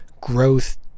growth